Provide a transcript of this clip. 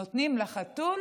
נותנים לחתול